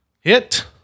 hit